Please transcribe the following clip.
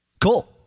Cool